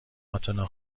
اتنا